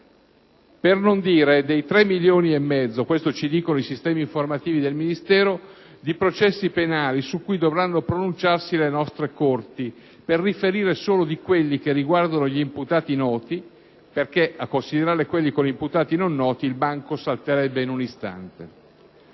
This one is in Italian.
Per non dire dei 3 milioni e mezzo (questo ci dicono i sistemi informativi del Ministero) di processi penali su cui dovranno pronunciarsi le nostre corti, per riferire solo di quelli che riguardano gli imputati noti, perché - a considerare quelli con imputati non noti - il banco salterebbe in un istante.